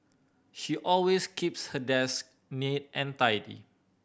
she always keeps her desk neat and tidy